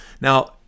Now